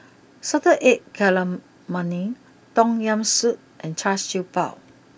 Salted Egg Calamari Tom Yam Soup and Char Siew Bao